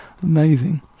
Amazing